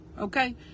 Okay